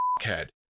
head